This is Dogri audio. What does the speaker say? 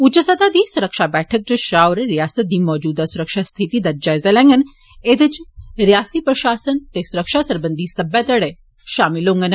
उच्च स्तह दी सुरक्षा बैठक इच शाह होर रियासत दी मौजूदा सुरक्षा स्थिति दा जायजा लैंडन एह्दे इच रियासती प्रशासन ते सुरक्षा सरबंघी सब्बै घड़े शामल होंडन